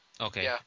Okay